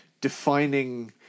defining